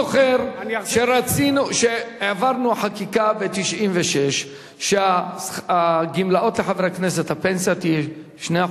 אני זוכר שהעברנו חקיקה ב-1996 שהפנסיה לחברי הכנסת תהיה 2%,